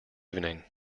evening